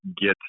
get